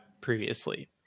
previously